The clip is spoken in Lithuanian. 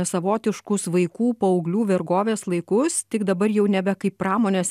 savotiškus vaikų paauglių vergovės laikus tik dabar jau nebe kaip pramonės